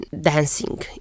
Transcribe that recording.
dancing